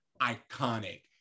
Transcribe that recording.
iconic